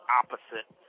opposite